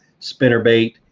spinnerbait